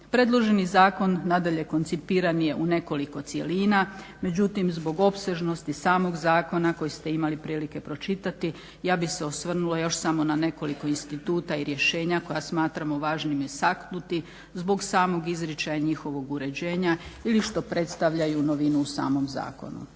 Predloženi zakon nadalje koncipiran je u nekoliko cjelina, međutim zbog opsežnosti samog zakona koji ste imali prilike pročitati, ja bih se osvrnula još samo na nekoliko instituta i rješenja koja smatramo važnim istaknuti zbog samog izričaja njihovog uređenja ili što predstavljaju novinu u samom zakonu.